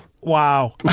Wow